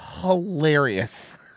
hilarious